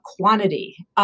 quantity